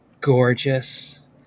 gorgeous